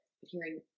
Hearing